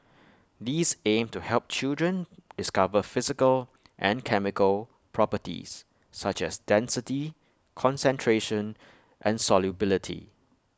these aim to help children discover physical and chemical properties such as density concentration and solubility